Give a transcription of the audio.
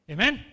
Amen